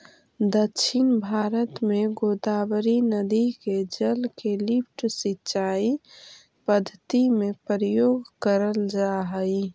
दक्षिण भारत में गोदावरी नदी के जल के लिफ्ट सिंचाई पद्धति में प्रयोग करल जाऽ हई